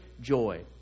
joy